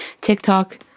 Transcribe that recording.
TikTok